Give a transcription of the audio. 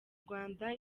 rwanda